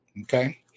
Okay